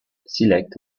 select